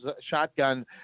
shotgun